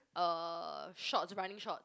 uh shorts running shorts